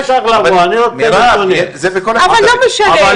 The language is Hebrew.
אלא אם כן אנחנו נצפה פה לדברים שלא היו בשנים הקודמות.